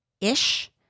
ish